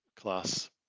class